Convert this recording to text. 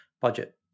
budget